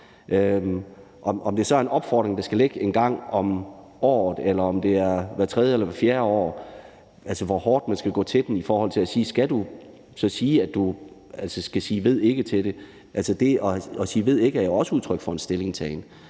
Om det så er en opfordring, der skal ligge en gang om året eller hvert tredje eller fjerde år, altså hvor hårdt man skal gå til den i forhold til at sige, at du skal sige »ved ikke« til det, ved jeg ikke. Altså, det at sige »ved ikke« er jo også udtryk for en stillingtagen.